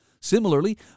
Similarly